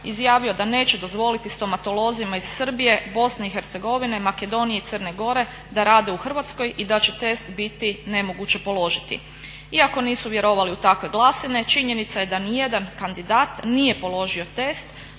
izjavio da neće dozvoliti stomatolozima iz Srbije, Bosne i Hercegovine, Makedonije i Crne Gore da rade u Hrvatskoj i da će test biti nemoguće položiti. Iako nisu vjerovali u takve glasine činjenica je da ni jedan kandidat nije položio test